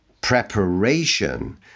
preparation